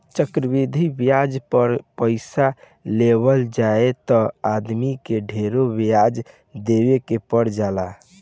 चक्रवृद्धि ब्याज पर पइसा लेवल जाए त आदमी के ढेरे ब्याज देवे के पर जाला